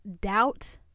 doubt